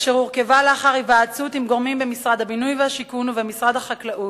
אשר הורכבה לאחר היוועצות בגורמים במשרד הבינוי והשיכון ובמשרד החקלאות.